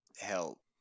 hell